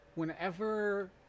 Whenever